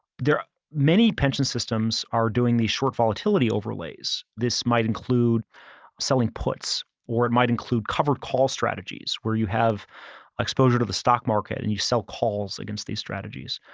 ah many pension systems are doing these short volatility overlays. this might include selling puts or it might include covered call strategies where you have exposure to the stock market and you sell calls against these strategies.